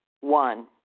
One